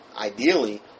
ideally